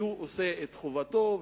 הוא עושה את חובתו.